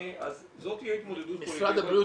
זו תהיה התמודדות --- משרד הבריאות